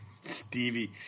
Stevie